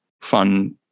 fun